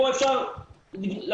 פה אפשר לשים,